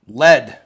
lead